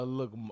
look